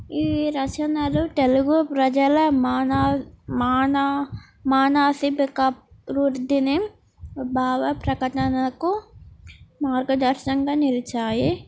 ఈ రచనలు తెలుగు ప్రజల మానసిక వృద్ధిని భావ ప్రకటనలకు మార్గదర్శనంగా నిలిచాయి